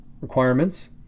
requirements